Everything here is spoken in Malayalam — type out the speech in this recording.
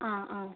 ആ ആ